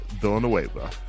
Villanueva